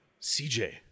CJ